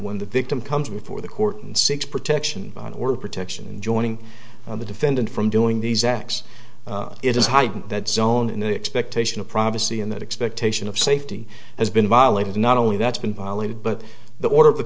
when the victim comes before the court and six protection order protection joining on the defendant from doing these acts it is heightened that zone in the expectation of privacy and that expectation of safety has been violated not only that's been violated but the order of the